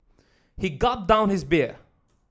he gulped down his beer